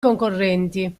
concorrenti